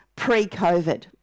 pre-COVID